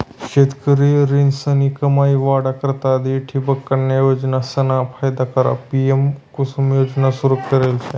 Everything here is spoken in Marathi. शेतकरीस्नी कमाई वाढा करता आधी ठिबकन्या योजनासना फायदा करता पी.एम.कुसुम योजना सुरू करेल शे